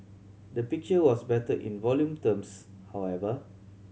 the picture was better in volume terms however